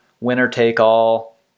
winner-take-all